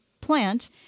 plant